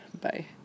Bye